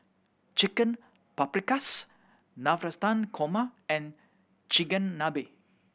Chicken Paprikas Navratan Korma and Chigenabe